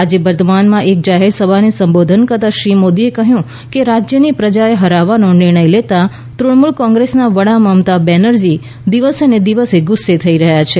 આજે બર્ધમાનમાં એક જાહેર સભાને સંબોધન કરતાં શ્રી મોદીએ કહ્યું કે રાજ્યની પ્રજાએ હરાવવાનો નિર્ણય લેતાં તૃણમૂલ કોંગ્રેસના વડા મમતા બેનર્જી દિવસેને દિવસે ગુસ્સે થઈ રહ્યા છે